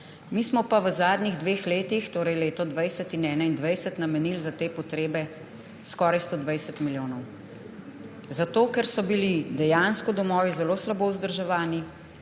Mi smo pa v zadnjih dveh letih, torej v letu 2020 in 2021, namenili za te potrebe skoraj 120 milijonov. Ker so bili dejansko domovi zelo slabo vzdrževani,